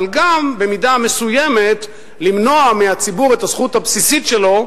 אבל גם במידה מסוימת למנוע מהציבור את הזכות הבסיסית שלו,